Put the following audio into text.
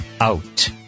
Out